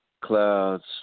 clouds